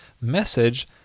message